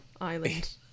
island